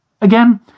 Again